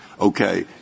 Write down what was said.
okay